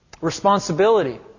responsibility